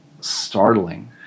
startling